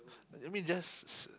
I mean just